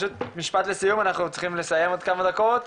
משפט לסיום כי אנחנו צריכים לסיים עוד כמה דקות.